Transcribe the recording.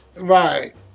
right